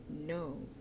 no